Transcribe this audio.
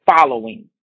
Following